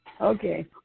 Okay